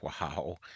Wow